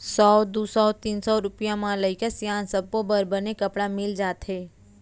सौ, दू सौ, तीन सौ रूपिया म लइका सियान सब्बो बर बने कपड़ा मिल जाथे